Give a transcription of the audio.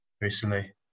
recently